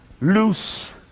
loose